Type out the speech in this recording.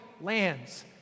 lands